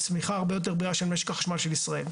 וצמיחה הרבה יותר בריאה של משק החשמל של ישראל.